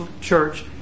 church